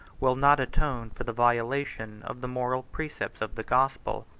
will not atone for the violation of the moral precepts of the gospel.